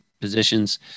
positions